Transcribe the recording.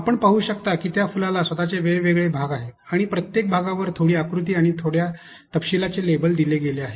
आपण पाहू शकता की त्या फुलाला स्वतःचे वेगवेगळे भाग आहेत आणि प्रत्येक भागावर थोडी आकृती आणि काही थोड्या तपशीलाचे लेबल दिले गेले आहेत